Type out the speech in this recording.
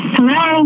Hello